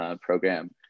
program